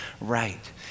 right